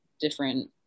different